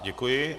Děkuji.